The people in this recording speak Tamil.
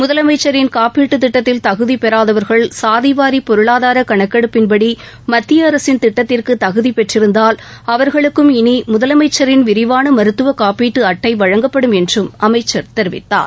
முதலமைச்சரின் காப்பீட்டு திட்டத்தில் தகுதி பெறாதவர்கள் சாதிவாரி பொருளாதார கணக்கெடுப்பின் படி மத்திய அரசின் திட்டத்திற்கு தகுதி பெற்றிருந்தால் அவர்களுக்கும் இனி முதலமைச்சரின் விரிவான மருத்துவ காப்பீட்டு அட்டை வழங்கப்படும் என்றும் அமைச்சர் தெரிவித்தார்